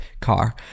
Car